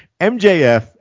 MJF